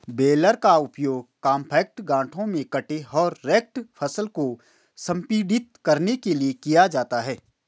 baler का उपयोग compact गांठों में कटे और रेक्ड फसल को संपीड़ित करने के लिए किया जाता है